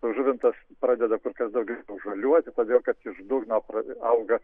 žuvintas pradeda kur kas daugiau žaliuoti todėl kad iš dugno prad auga